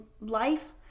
life